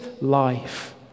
life